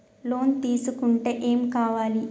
Loan తీసుకుంటే ఏం కావాలి?